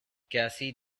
cassie